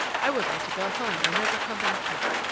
i would like to go home and never come back here.